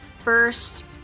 first